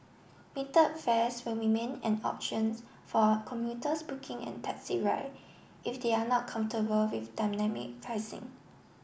metered fares will remain an options for commuters booking an taxi ride if they are not comfortable with dynamic pricing